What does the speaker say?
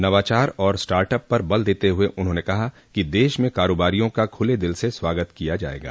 नवाचार और startup पर बल देते हुए उन्होंने कहा कि देश में कारोबारियों का खुले दिल से स्वागत किया जाएगा